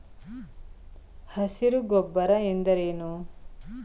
ಹಸಿರು ಗೊಬ್ಬರ ಎಂದರೇನು?